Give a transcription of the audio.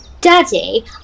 Daddy